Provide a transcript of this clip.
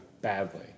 badly